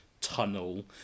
tunnel